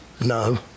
No